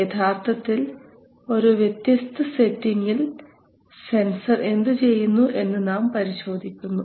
യഥാർത്ഥത്തിൽ ഒരു വ്യത്യസ്ത സെറ്റിംഗിൽ സെൻസർ എന്തുചെയ്യുന്നു എന്ന് നാം പരിശോധിക്കുന്നു